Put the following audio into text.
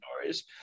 stories